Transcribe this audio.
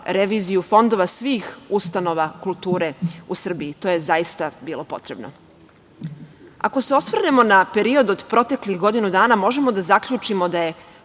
reviziju fondova svih ustanova kulture u Srbiji. To je zaista bilo potrebno. Ako se osvrnemo na period od proteklih godinu dana možemo da zaključimo da je